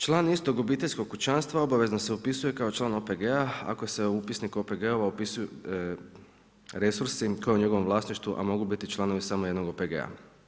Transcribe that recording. Član istog obiteljskog kućanstva obavezno se upisuje kao član OPG-a ako se u upisnik OPG-ova upisuju resursi kao njegovo vlasništvo, a mogu biti članovi samo jednog OPG-a.